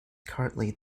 currently